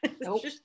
Nope